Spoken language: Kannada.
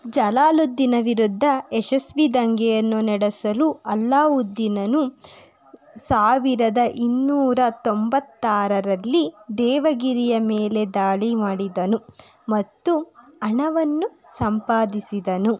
ಜಲಾಲುದ್ದೀನ ವಿರುದ್ಧ ಯಶಸ್ವಿ ದಂಗೆಯನ್ನು ನಡೆಸಲು ಅಲ್ಲಾವುದ್ದೀನನು ಸಾವಿರದ ಇನ್ನೂರ ತೊಂಬತ್ತಾರರಲ್ಲಿ ದೇವಗಿರಿಯ ಮೇಲೆ ದಾಳಿ ಮಾಡಿದನು ಮತ್ತು ಹಣವನ್ನು ಸಂಪಾದಿಸಿದನು